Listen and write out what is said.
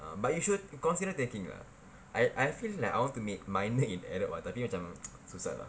err but you should consider taking lah I I feel like I want to make minor in arab ah tapi macam susah lah